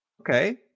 Okay